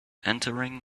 entering